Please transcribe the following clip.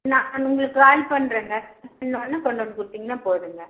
நான் உங்களுக்கு கால் பண்ணுறங்க கால் பண்ணொன்னே கொண்டு வந்து கொடுத்திங்னா போதும்ங்க